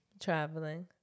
traveling